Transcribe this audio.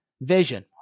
vision